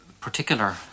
particular